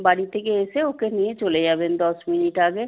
বাড়ি থেকে এসে ওকে নিয়ে চলে যাবেন দশ মিনিট আগে